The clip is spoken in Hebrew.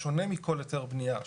בשונה מכל היתר בנייה,